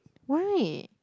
why